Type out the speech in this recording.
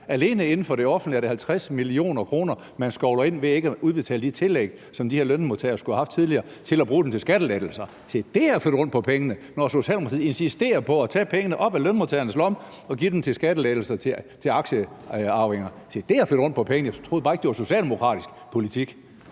alene inden for det offentlige er det 50 mio. kr., man skovler ind ved ikke at udbetale de tillæg, som de her lønmodtagere skulle have haft tidligere – for at bruge dem til skattelettelser. Se, det er at flytte rundt på pengene, når Socialdemokratiet insisterer på at tage pengene op af lønmodtagernes lommer og give dem til skattelettelser til aktiearvinger. Se, det er at flytte rundt på pengene. Jeg troede bare ikke, det var socialdemokratisk politik.